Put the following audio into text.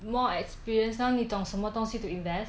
more experience now 你懂什么东西 to invest